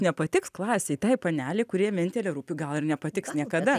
nepatiks klasėj tai panelei kuri jam vienintelė rūpi gal ir nepatiks niekada